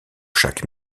chaque